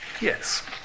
Yes